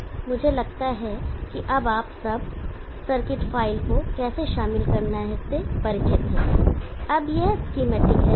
pvsub मुझे लगता है कि अब आप सब सर्किट फ़ाइल को कैसे शामिल करना है से परिचित हैं अब यह एसकेमैटिक है